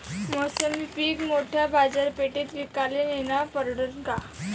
मोसंबी पीक मोठ्या बाजारपेठेत विकाले नेनं परवडन का?